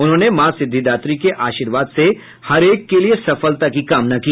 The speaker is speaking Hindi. उन्होंने माँ सिद्धिदात्री के आशीर्वाद से हर एक के लिए सफलता की कामना की